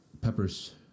Peppers